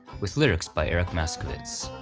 with lyrics by eric maschwitz.